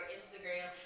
Instagram